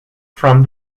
from